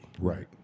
right